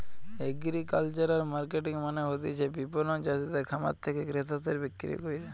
agricultural marketing মানে হতিছে বিপণন চাষিদের খামার থেকে ক্রেতাদের বিক্রি কইরা